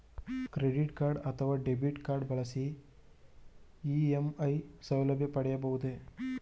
Credit card ಅಥವಾ debit card ಬಳಸಿ EMI ಸೌಲಭ್ಯ ಪಡೆಯಬಹುದೇ?